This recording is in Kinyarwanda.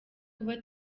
kuba